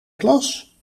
klas